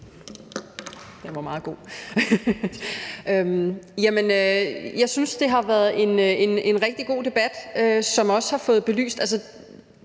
Mette Thiesen (NB): Jeg synes, det har været en rigtig god debat, som også har fået belyst